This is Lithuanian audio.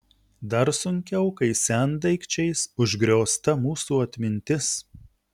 dar sunkiau kai sendaikčiais užgriozta mūsų atmintis